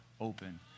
open